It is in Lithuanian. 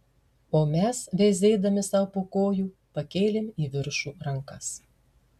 o mes veizėdami sau po kojų pakėlėm į viršų rankas